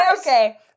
Okay